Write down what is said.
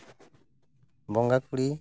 ᱵᱚᱸᱜᱟ ᱠᱩᱲᱤ